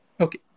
Okay